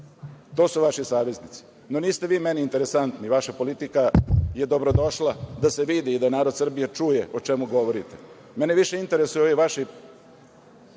To su vaši saveznici. Niste vi meni interesantni, i vaša politika je dobrodošla da se vidi i da narod Srbije čuje o čemu govorite, mene više interesuju ovi vaši